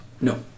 No